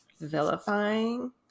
vilifying